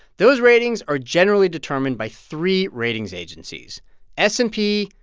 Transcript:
those ratings are generally determined by three ratings agencies s and p,